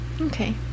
Okay